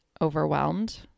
overwhelmed